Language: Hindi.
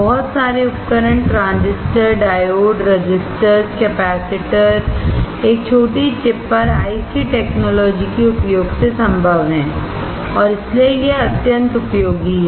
बहुत सारे उपकरण ट्रांजिस्टर डायोड रेसिस्टर्स कैपेसिटर एक छोटी चिप पर आईसी टेक्नोलॉजी के उपयोग से संभव है और इसीलिए यह अत्यंत उपयोगी है